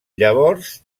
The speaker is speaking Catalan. llavors